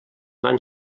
van